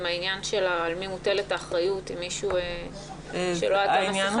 העניין על מי מוטלת האחריות אם מישהו לא עטה מסכה,